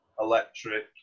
electric